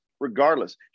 Regardless